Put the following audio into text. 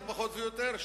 לא פחות ולא יותר,